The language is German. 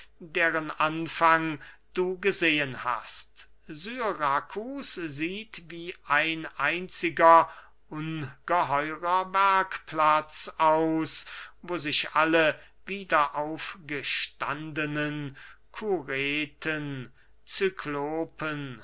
deren anfang du gesehen hast syrakus sieht wie ein einziger ungeheurer werkplatz aus wo sich alle wiederaufgestandene